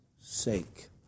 sake